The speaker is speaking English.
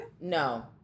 No